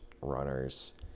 runner's